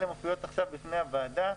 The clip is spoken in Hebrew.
אלה מופיעות עכשיו בפני הוועדה.